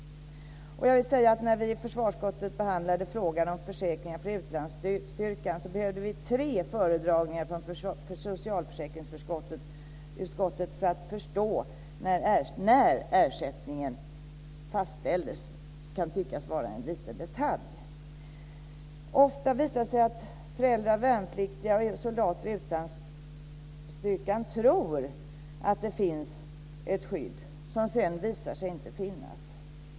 När vi i försvarsutskottet behandlade frågan om försäkringar för utlandsstyrkan behövde vi tre föredragningar från socialförsäkringsutskottet för att förstå när ersättningen fastställdes. Det kan tyckas vara en liten detalj. Ofta är det så att föräldrar och värnpliktiga soldater i utlandsstyrkan tror att det finns ett skydd som sedan visar sig inte finnas.